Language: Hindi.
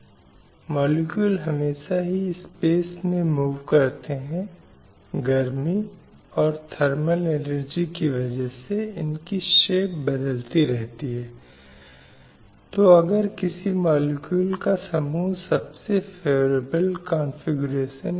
CEDAW ने व्यक्तिगत राज्यों के दायित्वों को निर्धारित किया है कि सम्मेलन को स्वीकार करके राज्यों ने सभी रूपों में महिलाओं के खिलाफ भेदभाव को समाप्त करने के लिए उपायों की एक श्रृंखला शुरू की है